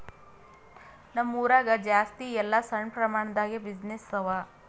ನಮ್ ಊರಾಗ ಜಾಸ್ತಿ ಎಲ್ಲಾ ಸಣ್ಣ ಪ್ರಮಾಣ ದಾಗೆ ಬಿಸಿನ್ನೆಸ್ಸೇ ಅವಾ